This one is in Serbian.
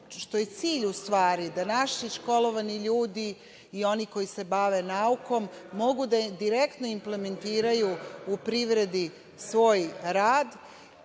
što je cilj u stvari da naši školovani ljudi i oni koji se bave naukom, mogu da direktno implementiraju u privredi svoj rad.S